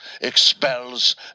expels